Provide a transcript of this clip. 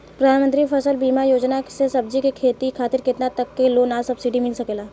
प्रधानमंत्री फसल बीमा योजना से सब्जी के खेती खातिर केतना तक के लोन आ सब्सिडी मिल सकेला?